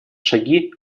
шаги